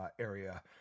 area